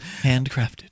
Handcrafted